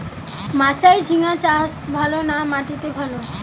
মাচায় ঝিঙ্গা চাষ ভালো না মাটিতে ভালো?